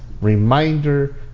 reminder